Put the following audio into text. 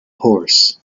horse